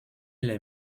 les